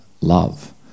love